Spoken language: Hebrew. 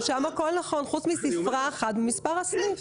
הוא רשם הכול נכון חוץ מספרה אחת במספר הסניף.